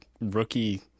rookie